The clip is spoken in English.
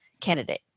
candidate